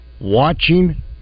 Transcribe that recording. watching